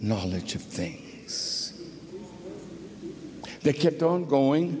knowledge of thing that kept on going